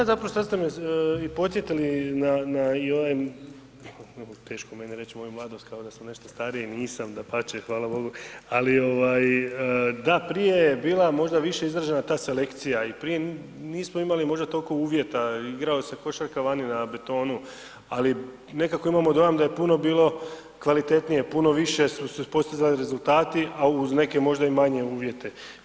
Pa da, zapravo sad ste me i podsjetili na i ovaj, teško je meni reći moju mladost kao da sam nešto stariji, nisam, dapače, hvala Bogu, da prije je bila možda više izražena ta selekcija i prije nismo imali možda toliko uvjeta i igrala se košarka vani na betonu ali nekako imamo dojam da je puno bilo kvalitetnije, puno više su se postizali rezultati a uz neke možda i manje uvjete.